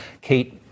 kate